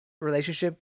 relationship